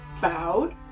bowed